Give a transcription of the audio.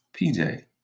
PJ